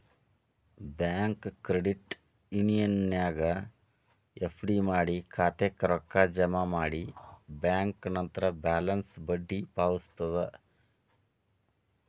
bank credit ಯೂನಿಯನ್ನ್ಯಾಗ್ FD ಮಾಡಿ ಖಾತಾಕ್ಕ ರೊಕ್ಕ ಜಮಾ ಮಾಡಿ ಬ್ಯಾಂಕ್ ನಂತ್ರ ಬ್ಯಾಲೆನ್ಸ್ಗ ಬಡ್ಡಿ ಪಾವತಿಸ್ತದ